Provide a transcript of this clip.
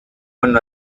und